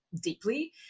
deeply